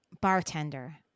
Bartender